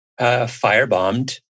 firebombed